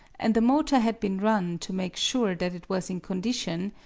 and the motor had been run to make sure that it was in condition,